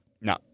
No